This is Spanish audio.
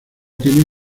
tienen